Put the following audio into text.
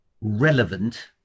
relevant